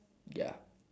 ya